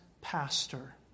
pastor